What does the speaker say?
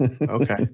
okay